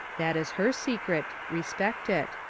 that is her secret, respect it.